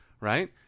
right